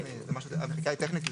המחיקה היא טכנית.